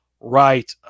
right